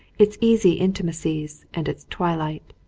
its easy intimacies and its twilight.